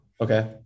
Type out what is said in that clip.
okay